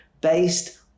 based